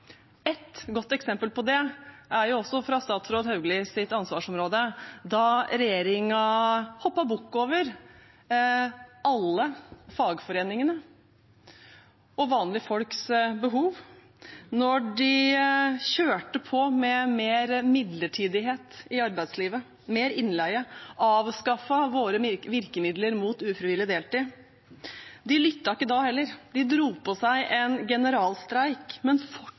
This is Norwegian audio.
Et godt eksempel på det er også fra statsråd Hauglies ansvarsområde – da regjeringen hoppet bukk over alle fagforeningene og vanlige folks behov når de kjørte på med mer midlertidighet i arbeidslivet og mer innleie og avskaffet våre virkemidler mot ufrivillig deltid. De lyttet ikke da heller. De dro på seg en generalstreik, men